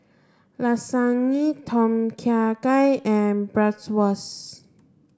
Lasagne Tom Kha Gai and Bratwurst